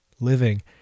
living